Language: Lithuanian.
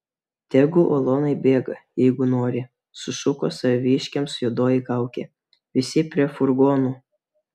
tegu ulonai bėga jeigu nori sušuko saviškiams juodoji kaukė visi prie furgonų